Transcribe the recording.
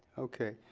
okay.